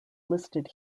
listed